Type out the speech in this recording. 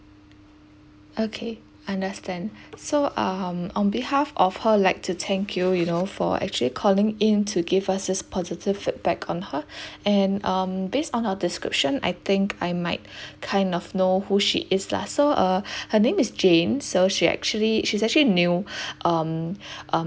okay understand so um on behalf of her we like to thank you you know for actually calling in to give us this positive feedback on her and um based on your description I think I might kind of know who she is lah so uh her name is jane so she actually she's actually new um um